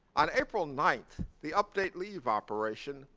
on april nine, the update leave operation,